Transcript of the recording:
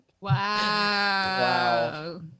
Wow